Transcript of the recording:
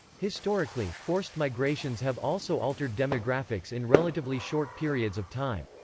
historically, forced migrations have also altered demographics in relatively short periods of time.